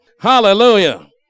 Hallelujah